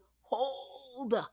hold